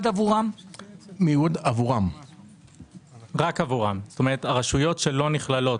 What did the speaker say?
עדיין מדובר בכספים של שנה קודמת,